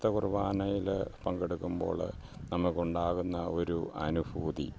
ത്ത കുർബാനയിൽ പങ്കെടുക്കുമ്പോൾ നമുക്കുണ്ടാകുന്ന ഒരു അനുഭൂതി